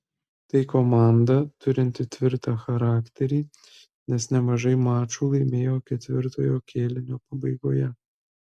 tai komanda turinti tvirtą charakterį nes nemažai mačų laimėjo ketvirtojo kėlinio pabaigoje